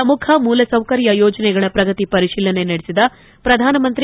ಪ್ರಮುಖ ಮೂಲ ಸೌಕರ್ಯ ಯೋಜನೆಗಳ ಪ್ರಗತಿ ಪರಿಶೀಲನೆ ನಡೆಸಿದ ಪ್ರಧಾನಮಂತ್ರಿ